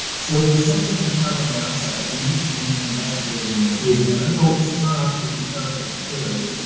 so there's something in carbon dioxide that we need to be investigating and teasing, and i know it's not absolutely perfect theory,